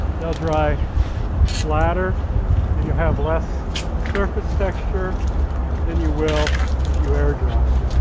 they'll dry flatter and you'll have less surface texture than you will if you air dried.